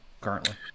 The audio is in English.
currently